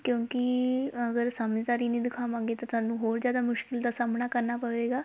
ਕਿਉਂਕਿ ਅਗਰ ਸਮਝਦਾਰੀ ਨਹੀਂ ਦਿਖਾਵਾਂਗੇ ਤਾਂ ਤੁਹਾਨੂੰ ਹੋਰ ਜ਼ਿਆਦਾ ਮੁਸ਼ਕਿਲ ਦਾ ਸਾਹਮਣਾ ਕਰਨਾ ਪਵੇਗਾ